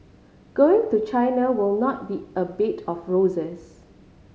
going to China will not be a bed of roses